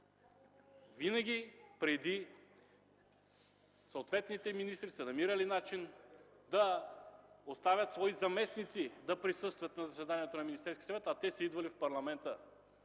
Винаги преди съответните министри са намирали начин да оставят свои заместници да присъстват на заседанието на Министерския съвет, а те са идвали в парламента.